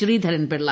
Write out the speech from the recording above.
Sreedharan Pillai